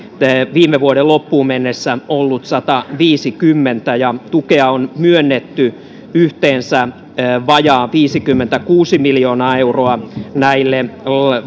viime vuoden loppuun mennessä ollut sataviisikymmentä ja tukea on myönnetty yhteensä vajaa viisikymmentäkuusi miljoonaa euroa näille